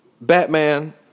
Batman